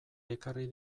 ekarri